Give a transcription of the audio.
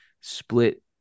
split